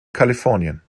kalifornien